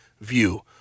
view